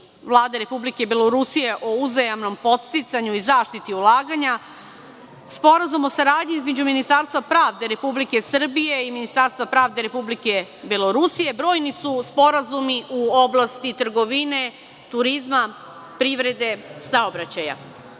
Vlade Republike Belorusije o uzajamnom podsticanju i zaštiti ulaganja, Sporazum o saradnji između Ministarstva pravde Republike Srbije i Ministarstva pravde Republike Belorusije. Brojni su sporazumi u oblasti trgovine, turizma, privrede i saobraćaja. Republika